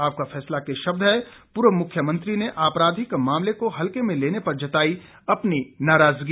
आपका फैसला के शब्द हैं पूर्व मुख्यमंत्री ने आपराधिक मामले को हल्के में लेने पर जताई अपनी नाराजगी